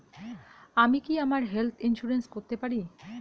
আমি কি আমার হেলথ ইন্সুরেন্স করতে পারি?